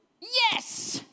Yes